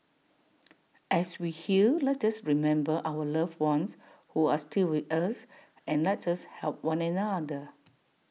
as we heal let us remember our loved ones who are still with us and let us help one another